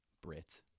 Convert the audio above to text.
brit